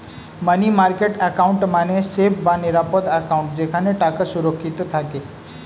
মানি market account মানে safe বা নিরাপদ অ্যাকাউন্ট যেখানে টাকা সুরক্ষিত থাকে